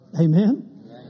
Amen